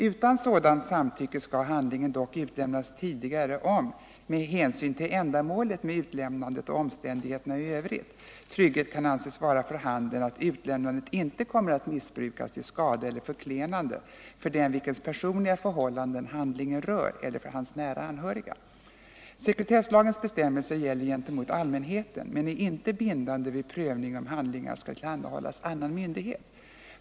Utan sådant samtycke skall handlingen dock utlämnas tidigare om, med hänsyn till ändamålet med utlämnandet och omständigheterna i övrigt, trygghet kan anses vara för handen att utlämnandet inte kommer att missbrukas till skada eller förklenande för den vilkens personliga förhållanden handlingen rör eller för hans nära anhöriga. Sekretesslagens bestämmelser gäller gentemot allmänheten, men är inte bindande vid prövning om handlingar skall tillhandahållas annan myndighet.